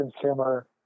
consumer